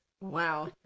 Wow